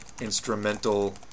instrumental